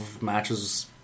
matches